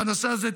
בנושא הזה,